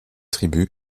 tribus